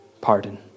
pardon